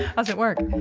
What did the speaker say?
how's it work?